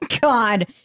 God